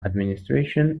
administration